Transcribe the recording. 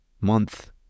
month